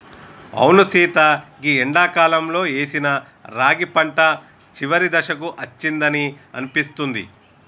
అవును సీత గీ ఎండాకాలంలో ఏసిన రాగి పంట చివరి దశకు అచ్చిందని అనిపిస్తుంది